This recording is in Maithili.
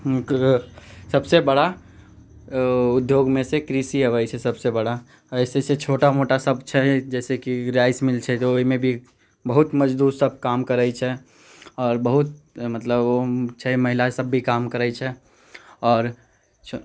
सबसे बड़ा उद्योगमे से कृषि अबैत छै सबसे बड़ा ऐसे छोटा मोटा सब छै जैसे कि राइस मील छै तऽ ओहिमे भी बहुत मजदूर सब काम करैत छै आओर बहुत मतलब छै महिला सब भी काम करैत छै आओर